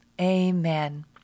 amen